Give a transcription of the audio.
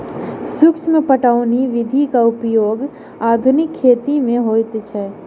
सूक्ष्म पटौनी विधिक उपयोग आधुनिक खेती मे होइत अछि